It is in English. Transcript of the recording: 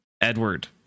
Edward